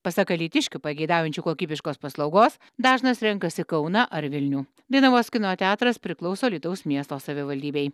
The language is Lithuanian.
pasak alytiškių pageidaujančių kokybiškos paslaugos dažnas renkasi kauną ar vilnių dainavos kino teatras priklauso alytaus miesto savivaldybei